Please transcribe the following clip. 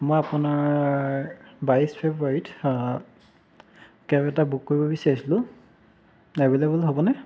মই আপোনাৰ বাইছ ফেব্ৰুৱাৰীত কেব এটা বুক কৰিব বিচাৰিছিলোঁ এভেইলেবল হ'বনে